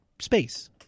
space